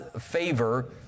favor